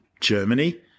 Germany